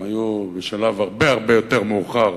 הם היו בשלב הרבה הרבה יותר מאוחר.